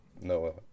no